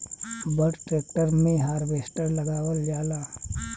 बड़ ट्रेक्टर मे हार्वेस्टर लगावल जाला